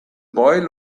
boy